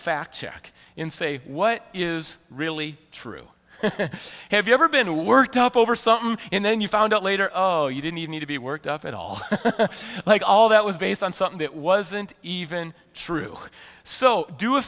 fact check in say what is really true have you ever been worked up over something and then you found out later oh you didn't need to be worked up at all like all that was based on something that wasn't even true so do a